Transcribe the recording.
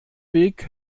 weg